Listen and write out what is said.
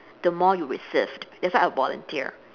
the more you receive that's why I volunteer